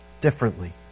differently